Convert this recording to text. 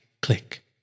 click